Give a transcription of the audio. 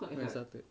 when I started